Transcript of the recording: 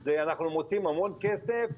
אנחנו מוציאים המון כסף,